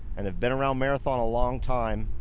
and have been around marathon a long time,